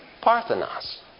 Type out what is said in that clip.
Parthenos